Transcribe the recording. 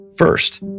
First